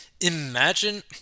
Imagine